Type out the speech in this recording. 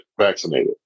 vaccinated